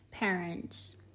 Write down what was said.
parents